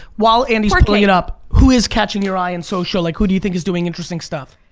while andy's pulling it up, who is catching your eye in social? like who do you think is doing interesting stuff?